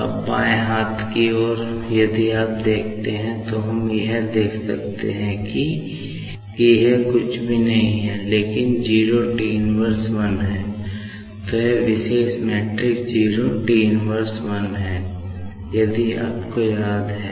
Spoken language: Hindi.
अब बाएं हाथ की ओर यदि आप देखते हैं तो हम यह देख सकते कि क्या कुछ भी नहीं है लेकिन 01T −1 हैं